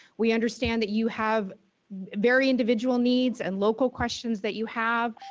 we understand that you have very individual needs and local questions that you have.